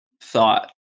thought